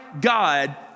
God